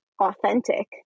authentic